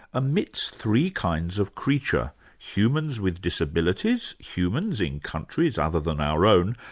emits three kinds of creature humans with disabilities, humans in countries other than our own,